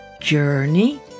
Journey